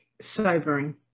sobering